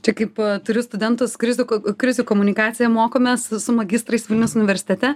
čia kaip turiu studentas krizių krizių komunikaciją mokomės su magistrais vilniaus universitete